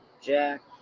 Jack